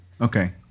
Okay